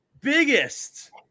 biggest